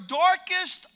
darkest